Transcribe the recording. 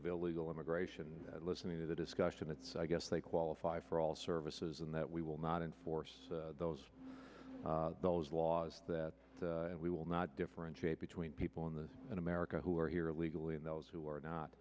of illegal immigration listening to the discussion and i guess they qualify for all services and that we will not enforce those laws that we will not differentiate between people in this in america who are here illegally and those who are not